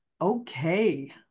Okay